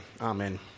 amen